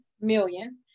million